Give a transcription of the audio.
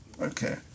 Okay